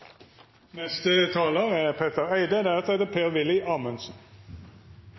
Neste taler er